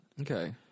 Okay